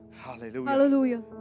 Hallelujah